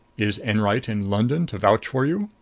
is enwright in london to vouch for you?